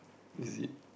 zip